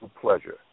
pleasure